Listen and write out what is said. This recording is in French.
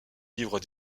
livre